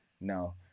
no